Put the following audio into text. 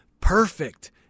perfect